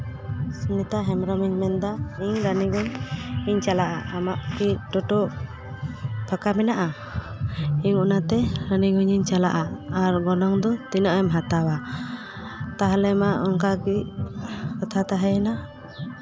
ᱥᱩᱱᱤᱛᱟ ᱦᱮᱢᱵᱨᱚᱢ ᱤᱧ ᱢᱮᱱᱫᱟ ᱤᱧ ᱨᱟᱱᱤᱜᱚᱸᱡᱽ ᱤᱧ ᱪᱟᱞᱟᱜᱼᱟ ᱟᱢᱟᱜ ᱢᱤᱫ ᱴᱳᱴᱳ ᱯᱷᱟᱠᱟ ᱢᱮᱱᱟᱜᱼᱟ ᱤᱧ ᱚᱱᱟᱛᱮ ᱨᱟᱱᱤᱜᱚᱸᱡᱽ ᱤᱧ ᱪᱟᱞᱟᱜᱼᱟ ᱟᱨ ᱜᱚᱱᱚᱝ ᱫᱚ ᱛᱤᱱᱟᱹᱜ ᱮᱢ ᱦᱟᱛᱟᱣᱟ ᱛᱟᱦᱞᱮ ᱢᱟ ᱚᱱᱠᱟᱜᱮ ᱠᱟᱛᱷᱟ ᱛᱟᱦᱮᱭᱮᱱᱟ